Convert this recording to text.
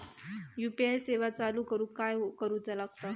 UPI सेवा चालू करूक काय करूचा लागता?